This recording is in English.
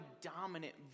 dominant